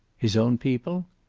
his own people?